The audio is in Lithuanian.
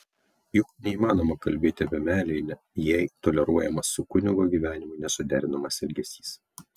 juk neįmanoma kalbėti apie meilę jei toleruojamas su kunigo gyvenimu nesuderinamas elgesys